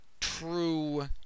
true